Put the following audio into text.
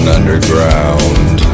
Underground